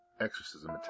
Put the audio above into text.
exorcism